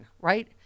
right